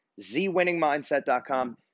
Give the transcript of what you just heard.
zwinningmindset.com